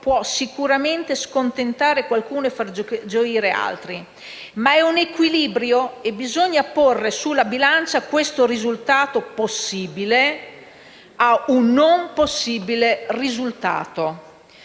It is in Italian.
può sicuramente scontentare qualcuno e far gioire altri, ma è un equilibrio e bisogna porre sulla bilancia questo risultato possibile rispetto a un non possibile risultato.